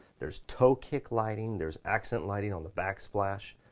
there's toe kick lighting, there's accent lighting on the backs-plash,